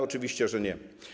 Oczywiście, że nie.